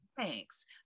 Thanks